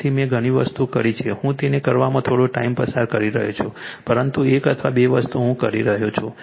તેથી મેં ઘણી વસ્તુઓ કરી છે હું તે કરવામાં થોડો ટાઈમ પસાર કરી રહ્યો છું પરંતુ એક અથવા બે વસ્તુ હું કહી રહ્યો છું